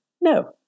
No